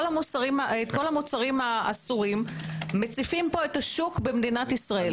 המוצרים האסורים מציפים פה את השוק במדינת ישראל.